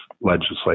legislation